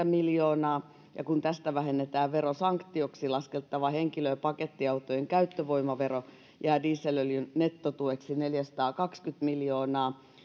miljoonaa kun tästä vähennetään verosanktioksi laskettava henkilö ja pakettiautojen käyttövoimavero jää dieselöljyn nettotueksi neljäsataakaksikymmentä miljoonaa